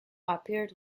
appeared